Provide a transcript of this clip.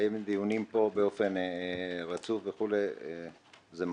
אבל זה גם מחייב את הצדדים פה לשתף איתנו פעולה עם הדברים שאנחנו נביא,